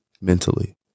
mentally